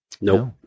Nope